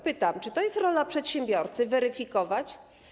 Pytam: Czy to jest rola przedsiębiorcy - weryfikować?